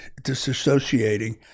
disassociating